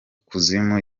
kuzimu